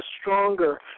stronger